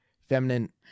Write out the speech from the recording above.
feminine